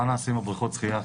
מה נעשה עם בריכות השחייה עכשיו.